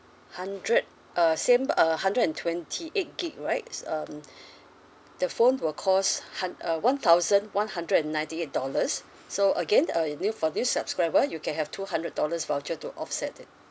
hundred uh same uh hundred and twenty eight gigabytes right um the phone will cost hund~ uh one thousand one hundred and ninety dollars so again uh if new for new subscriber you can have two hundred dollars voucher to offset it